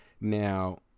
Now